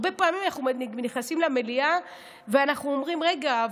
הרבה פעמים אנחנו נכנסים למליאה ואנחנו אומרים: רגע,